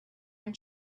and